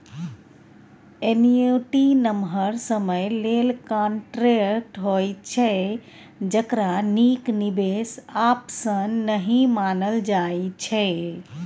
annuity नमहर समय लेल कांट्रेक्ट होइ छै जकरा नीक निबेश आप्शन नहि मानल जाइ छै